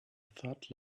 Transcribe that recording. thud